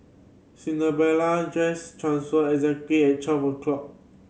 Cinderella's dress transformed exactly at twelve o'clock